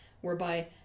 whereby